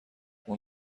اون